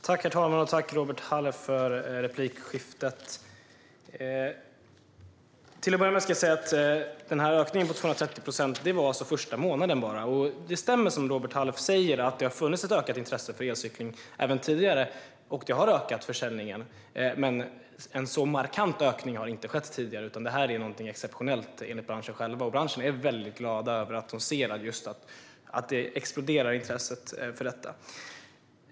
Herr talman! Tack, Robert Halef, för replikskiftet! Till att börja med ska jag säga att ökningen på 230 procent bara var den första månaden. Det stämmer som Robert Halef säger att det har funnits ett ökat intresse för elcykling även tidigare, vilket har ökat försäljningen. Men en så markant ökning har inte skett tidigare, utan det här är något exceptionellt enligt branschen, som är glad över att se att intresset för detta exploderar.